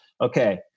okay